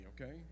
okay